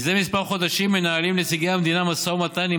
זה כמה חודשים מנהלים נציגי המדינה משא ומתן עם